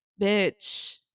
bitch